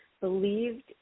believed